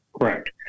Correct